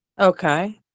Okay